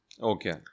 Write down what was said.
Okay